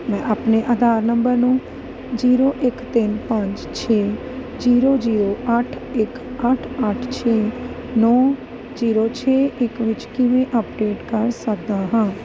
ਮੈਂ ਆਪਣੇ ਆਧਾਰ ਨੰਬਰ ਨੂੰ ਜੀਰੋ ਇੱਕ ਤਿੰਨ ਪੰਜ ਛੇ ਜੀਰੋ ਜੀਰੋ ਅੱਠ ਇੱਕ ਅੱਠ ਅੱਠ ਛੇ ਨੌਂ ਜੀਰੋ ਛੇ ਇੱਕ ਵਿੱਚ ਕਿਵੇਂ ਅੱਪਡੇਟ ਕਰ ਸਕਦਾ ਹਾਂ